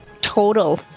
Total